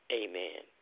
amen